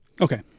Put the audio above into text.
Okay